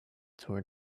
tore